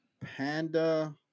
panda